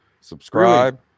subscribe